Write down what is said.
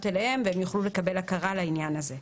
אליהן והן יוכלו לקבל הכרה לעניין הזה.